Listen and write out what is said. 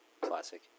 classic